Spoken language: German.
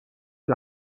die